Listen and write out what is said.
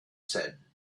said